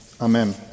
Amen